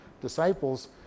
disciples